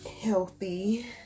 healthy